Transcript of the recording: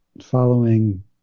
following